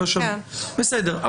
בסדר.